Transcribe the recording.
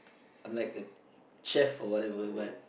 I'm like a chef or whatever but